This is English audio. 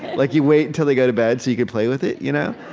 like, you wait until they go to bed so you can play with it you know